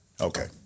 Okay